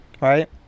right